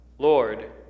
Lord